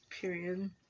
Period